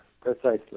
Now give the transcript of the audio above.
precisely